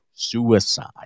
Suicide